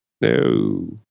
No